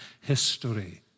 history